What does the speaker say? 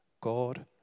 God